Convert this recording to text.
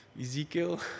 Ezekiel